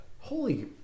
Holy